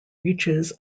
reaches